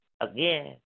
Again